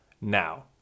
Now